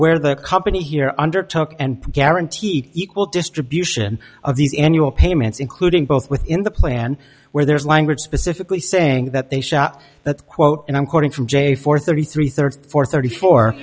where the company here undertook and guaranteed equal distribution of these in your payments including both within the plan where there's language specifically saying that they shot that quote and i'm quoting from j four thirty three thirty four thirty four